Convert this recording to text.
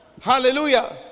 hallelujah